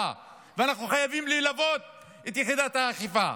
ואנחנו חייבים ללוות את יחידת האכיפה.